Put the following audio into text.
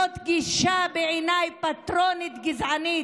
זאת בעיניי גישה פטרונית, גזענית,